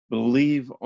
Believe